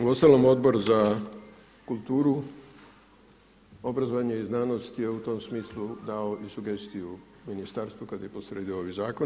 Uostalom Odbor za kulturu, obrazovanje i znanost je u tom smislu dao i sugestiju ministarstvu kad je posrijedi ovaj zakon.